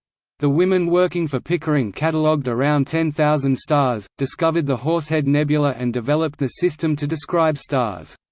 the women working for pickering cataloged around ten thousand stars, discovered the horsehead nebula and developed the system to describe stars.